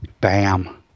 Bam